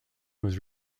was